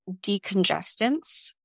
decongestants